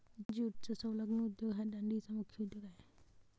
ज्यूटचा संलग्न उद्योग हा डंडीचा मुख्य उद्योग आहे